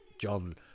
John